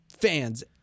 fans